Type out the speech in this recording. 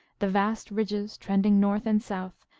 the vast ridges, trending north and south,